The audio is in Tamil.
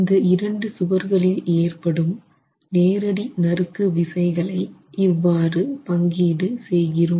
இந்த இரண்டு சுவர்களில் ஏற்படும் நேரடி நறுக்கு விசைகளை இவ்வாறு பங்கீடு செய்கிறோம்